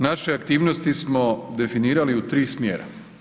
Naše aktivnosti smo definirali u 3 smjera.